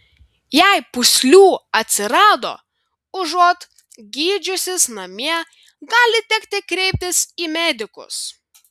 jei pūslių atsirado užuot gydžiusis namie gali tekti kreiptis į medikus